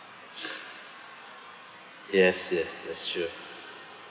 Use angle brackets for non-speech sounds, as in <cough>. <noise> yes yes that's true